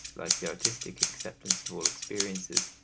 like the artistic, acceptance of all experiences,